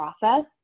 process